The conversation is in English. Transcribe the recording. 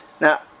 Now